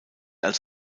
als